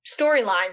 storyline